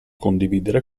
condividere